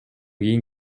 кийин